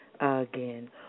again